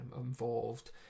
involved